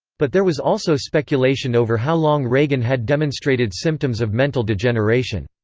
but there was also speculation over how long reagan had demonstrated symptoms of mental degeneration.